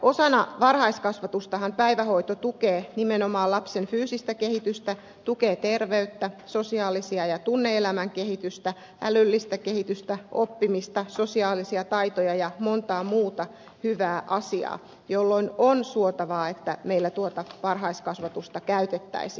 osana varhaiskasvatustahan päivähoito tukee nimenomaan lapsen fyysistä kehitystä tukee terveyttä sosiaalista ja tunne elämän kehitystä älyllistä kehitystä oppimista sosiaalisia taitoja ja montaa muuta hyvää asiaa jolloin on suotavaa että meillä tuota varhaiskasvatusta käytettäisiin